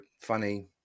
funny